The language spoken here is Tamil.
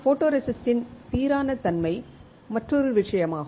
ஃபோட்டோரெசிஸ்ட்டின் சீரான தன்மை மற்றொரு விஷயம் ஆகும்